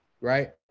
right